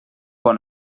bon